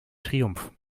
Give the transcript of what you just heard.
triumph